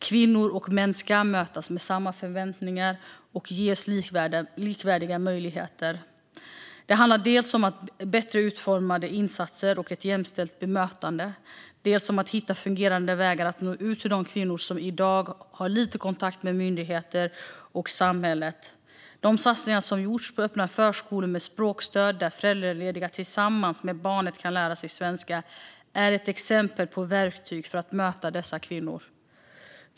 Kvinnor och män ska mötas med samma förväntningar och ges likvärdiga möjligheter. Det handlar dels om bättre utformade insatser och ett jämställt bemötande, dels om att hitta fungerande vägar att nå ut till de kvinnor som i dag har lite kontakt med myndigheter och samhälle. De satsningar som gjorts på öppna förskolor med språkstöd, där föräldralediga tillsammans med barnet kan lära sig svenska, är ett exempel på verktyg för att möta dessa kvinnor.